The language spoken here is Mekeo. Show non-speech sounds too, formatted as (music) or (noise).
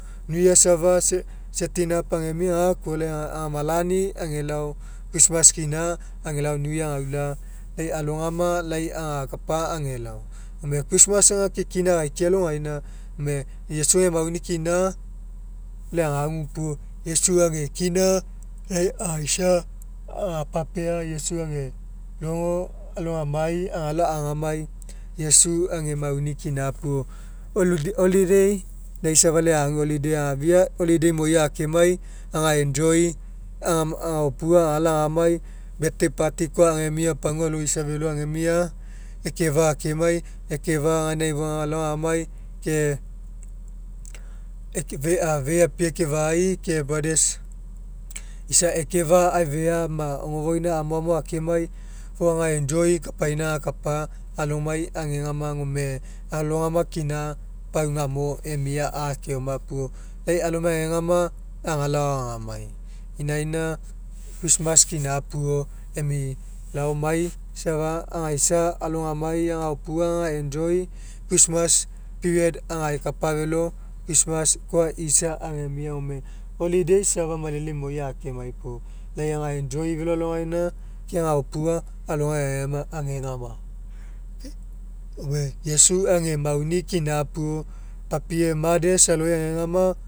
New year safa setting up agemia gapuo lai agamalani agelao christmas kina agelao new year agaula lau alogama lao agakapa agelao. Gome christmas aga ke kina akaikiai alogaina gome ega mauni kina lai agaagu puo iesu age kina lai agaisa agapapeq iesu age logo alogamai agalao agamai iesu age mauni kina puo holi holiday lai safa lai agu holiday afia holifmday imoi akemai aga'enjoy agaopua agao agamai birthday party koa agemia pagua alo isa felo agemia ke (hesitation) apie ekefa'a ke brothers isa ekefa'a aifea ma ogofoina amoamo akemai fou aga'enjoy kapaina agakapai alomai agegama gome alogama kina pau inamo emia akeoma puo. Lai alomai agegama agalao agamai inaina christmas kina puo emi laomai safa agaisa alogamai agaopua aga'enjoy christmas period agakapa felo christmas koa isa agemia gone holiday safa malele imoi akemai puo lai aga'enjoy felo alogaina ke agaopua alomai agegama gone iesu ega mauni kina puo papie mothers aloi agegama.